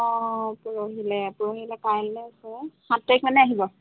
অঁ পৰহিলৈ পৰহিলৈ মানে কাইলৈ গ'লে সাত তাৰিখমানে আহিব